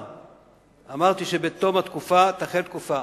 אמרתי שבתום התקופה תחל תקופה.